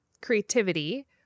creativity